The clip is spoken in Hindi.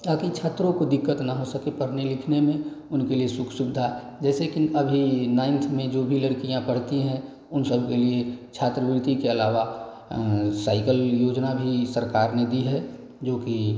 ताकि छात्रों को दिक्कत ना हो सके पढ़ने लिखने में उनके लिए सुख सुविधा जैसे कि अभी नाइन्थ में जो भी लड़कियां पढ़ती हैं उन सब के लिए छात्रवृत्ति के अलावा साइकल योजना भी सरकार ने दी है जो कि